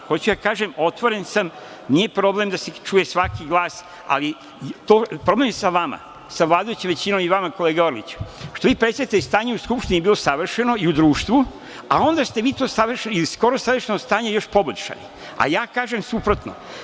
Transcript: Hoću da kažem, otvoren sam, nije problem da se čuje svaki glas, ali problem je sa vama, sa vladajućom većinom i vama kolega Orliću, što vi predstavljate stanje u Skupštini da je bilo savršeno i u društvu, a onda ste vi to savršeno ili skoro savršeno stanje još poboljšali, a ja kažem suprotno.